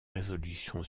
résolution